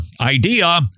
idea